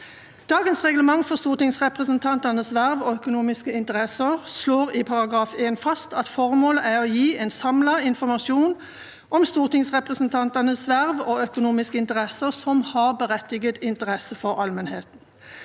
Dagens reglement for stortingsrepresentantenes verv og økonomiske interesser slår i § 1 fast at formålet er å «gi en samlet informasjon om stortingsrepresentantenes verv og økonomiske interesser som har berettiget interesse for allmenheten.»